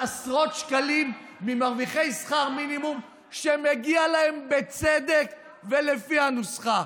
עשרות שקלים ממרוויחי שכר מינימום שמגיעים להם בצדק ולפי הנוסחה.